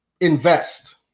invest